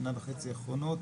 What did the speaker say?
שנה וחצי האחרונות,